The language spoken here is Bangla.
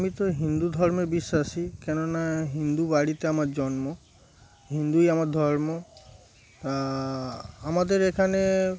আমি তো হিন্দু ধর্মে বিশ্বাসী কেননা হিন্দু বাড়িতে আমার জন্ম হিন্দুই আমার ধর্ম আমাদের এখানে